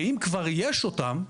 ואם כבר יש אותם,